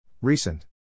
Recent